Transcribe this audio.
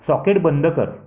socket बंद कर